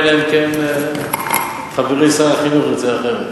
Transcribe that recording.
אלא אם כן חברי שר החינוך ירצה אחרת.